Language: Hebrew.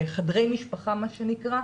חדרי משפחה מה שנקרא,